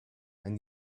and